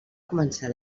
començar